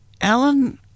Alan